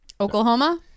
Oklahoma